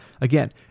Again